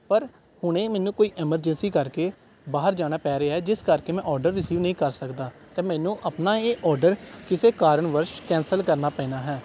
ਪਰ ਹੁਣੇ ਮੈਨੂੰ ਕੋਈ ਐਮਰਜੈਂਸੀ ਕਰਕੇ ਬਾਹਰ ਜਾਣਾ ਪੈ ਰਿਹਾ ਏ ਜਿਸ ਕਰਕੇ ਮੈਂ ਔਡਰ ਰਸੀਵ ਨਹੀਂ ਕਰ ਸਕਦਾ ਅਤੇ ਮੈਨੂੰ ਆਪਣਾ ਇਹ ਔਡਰ ਕਿਸੇ ਕਾਰਨ ਵਸ਼ ਕੈਂਸਲ ਕਰਨਾ ਪੈਣਾ ਹੈ